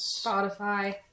Spotify